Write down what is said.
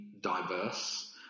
diverse